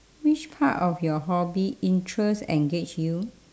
which part of your hobby interest engage you